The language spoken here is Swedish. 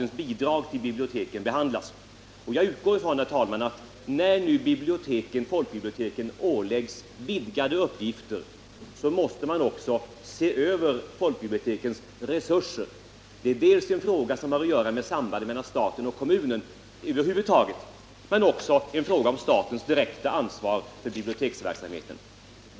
När nu folkbiblioteken åläggs vidgade uppgifter utgår jag, herr talman, från att man också måste se över folkbibliotekens resurser. Detta är en fråga som har att göra med sambandet mellan staten och kommunen över huvud taget men det är också en fråga om statens direkta ansvar för biblioteksverksamheten.